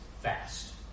fast